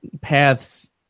paths